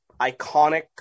iconic